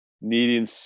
needing